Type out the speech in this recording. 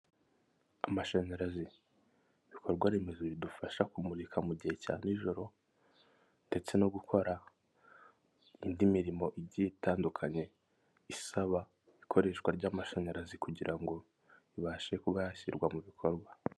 Amashanyarazi ibikorwa remezo bidufasha kumurika mu gihe cya nijoro ndetse no gukora indi mirimo igiye itandukanye isaba ikoreshwa ry'amashanyarazi kugira ngo ibashe kuba yashyirwa mu bikorwa.